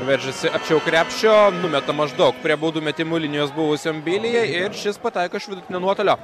veržiasi arčiau krepšio numeta maždaug prie baudų metimų linijos buvusiam bilijai ir šis pataiko iš vidutinio nuotolio